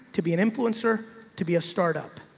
to be an influencer, to be a startup.